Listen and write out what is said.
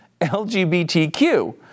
LGBTQ